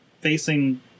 facing